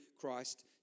Christ